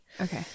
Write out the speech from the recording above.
okay